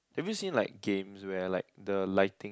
have you seen like games where like the lighting